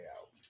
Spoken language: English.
out